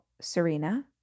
Serena